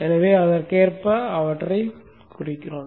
எனவே அதற்கேற்ப அவற்றைக் குறிப்போம்